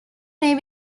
may